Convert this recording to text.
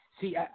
See